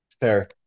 Fair